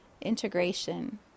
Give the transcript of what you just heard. integration